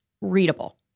readable